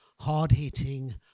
hard-hitting